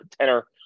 tenor